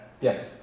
Yes